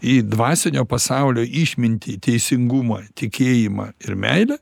į dvasinio pasaulio išmintį teisingumą tikėjimą ir meilę